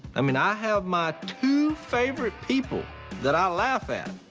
i mean, i have my two favorite people that i laugh at.